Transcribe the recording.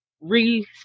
re